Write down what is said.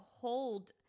hold